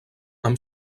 amb